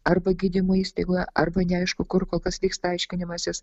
arba gydymo įstaigoje arba neaišku kur kol kas vyksta aiškinimasis